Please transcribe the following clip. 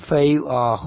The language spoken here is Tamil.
5 ஆகும்